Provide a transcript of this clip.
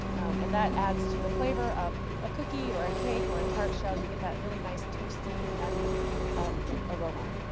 and that adds to the flavor of a cookie, or ah cake, or tart shell, you get that really nice toasty, nutty aroma.